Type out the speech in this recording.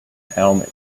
helmet